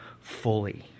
fully